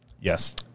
Yes